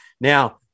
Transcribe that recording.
now